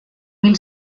mil